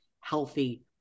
healthy